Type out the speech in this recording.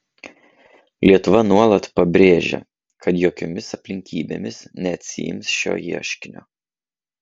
lietuva nuolat pabrėžia kad jokiomis aplinkybėmis neatsiims šio ieškinio